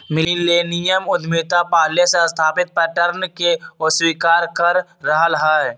millennium उद्यमिता पहिले से स्थापित पैटर्न के अस्वीकार कर रहल हइ